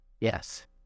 yes